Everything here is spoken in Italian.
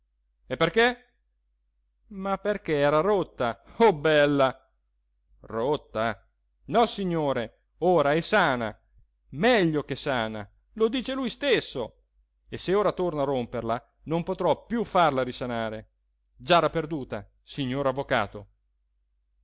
e perché ma perché era rotta oh bella rotta nossignore ora è sana meglio che sana lo dice lui stesso e se ora torno a romperla non potrò più farla risanare giara perduta signor avvocato